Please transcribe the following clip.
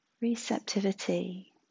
receptivity